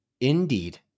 Indeed